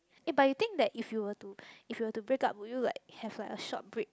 eh but you think that if you were to if you were to breakup would you like have like a short break